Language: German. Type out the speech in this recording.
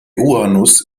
uranus